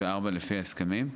לפי ההסכמים,